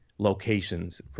Locations